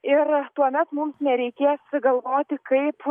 ir tuomet mums nereikės sugalvoti kaip